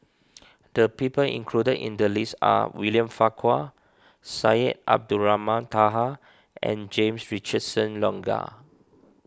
the people included in the list are William Farquhar Syed Abdulrahman Taha and James Richardson Logan